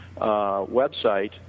website